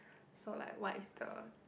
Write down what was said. so like what is the